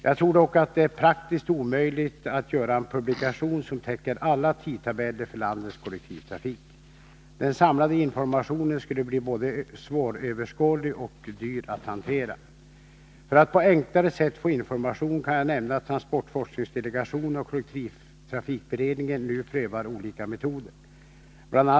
Jag tror dock att det är praktiskt omöjligt att göra en publikation som täcker alla tidtabeller för landets kollektivtrafik. Den samlade informationen skulle bli både svåröverskådlig och dyr att hantera. Jag kan nämna att transportforskningsdelegationen och kollektivtrafikberedningen nu prövar olika metoder för att på enklare sätt få information. Bl.